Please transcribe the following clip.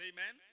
Amen